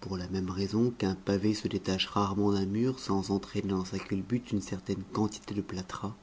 pour la même raison qu'un pavé se détache rarement d'un mur sans entraîner dans sa culbute une certaine quantité de plâtras